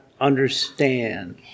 understand